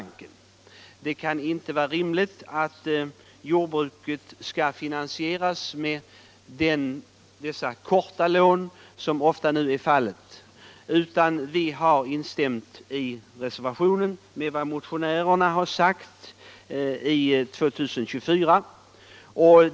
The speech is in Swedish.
Inte heller kan det vara rimligt att finansiera jordbruket med de korta lån som nu ofta utgår. Vi har därför i reservationen 2 instämt i vad motionärerna i motionen 2024 anfört.